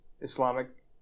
Islamic